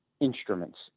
instruments